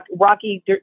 rocky